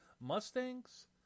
Mustangs